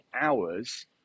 hours